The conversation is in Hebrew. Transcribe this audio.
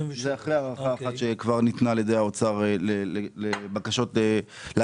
זה אחרי הארכה אחת שכבר ניתנה על ידי האוצר להגשת בקשות.